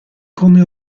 come